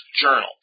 Journal